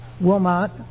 Wilmot